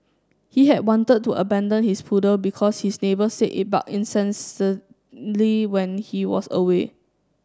he had wanted to abandon his poodle because his neighbours said it bark when he was away